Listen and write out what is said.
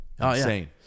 insane